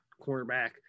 cornerback